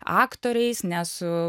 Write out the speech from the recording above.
aktoriais ne su